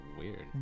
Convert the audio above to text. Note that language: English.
Weird